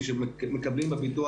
המשפחתונים זה לא ביטוח